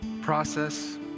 process